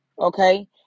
okay